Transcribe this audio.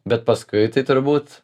bet paskui tai turbūt